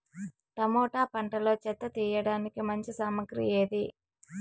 Tomato పంటలో చెత్త తీయడానికి మంచి సామగ్రి ఏది?